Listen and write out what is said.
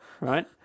right